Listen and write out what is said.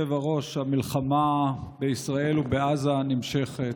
היושב-ראש, המלחמה בישראל ובעזה נמשכת.